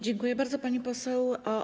Dziękuję bardzo, pani poseł.